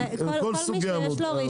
צריך את כל סוגי המודלים,